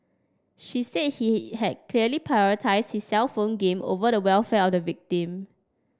she said he had clearly prioritised his cellphone game over the welfare of the victim